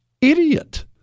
idiot